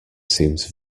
seems